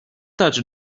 touch